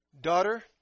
daughter